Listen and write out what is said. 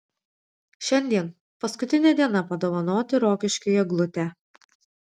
šiandien paskutinė diena padovanoti rokiškiui eglutę